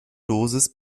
dosis